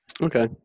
Okay